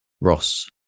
Ross